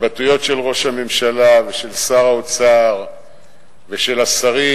התבטאויות של ראש הממשלה ושל שר האוצר ושל השרים,